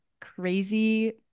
crazy